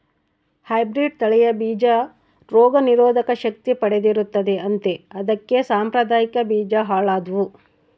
hybrid ತಳಿಯ ಬೀಜ ರೋಗ ನಿರೋಧಕ ಶಕ್ತಿ ಪಡೆದಿರುತ್ತದೆ ಅಂತೆ ಅದಕ್ಕೆ ಸಾಂಪ್ರದಾಯಿಕ ಬೀಜ ಹಾಳಾದ್ವು